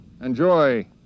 enjoy